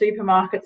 supermarkets